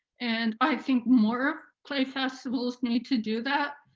and i think more play festivals need to do that,